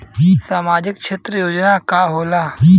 सामाजिक क्षेत्र योजना का होला?